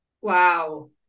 Wow